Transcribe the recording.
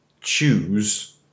choose